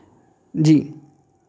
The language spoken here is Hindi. जी